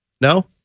No